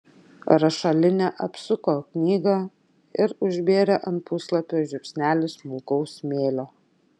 rašalinė apsuko knygą ir užbėrė ant puslapio žiupsnelį smulkaus smėlio